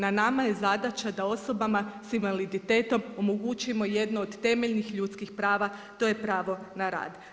Na nama je zadaća da osobama sa invaliditetom omogućimo jedno od temeljnih ljudskih prava, to je pravo na rad.